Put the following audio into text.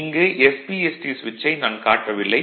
இங்கு SPST ஸ்விட்சை நான் காட்டவில்லை